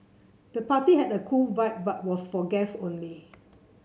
the party had a cool vibe but was for guests only